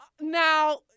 Now